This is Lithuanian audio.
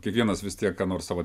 kiekvienas vistiek ką nors savo